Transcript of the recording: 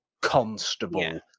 Constable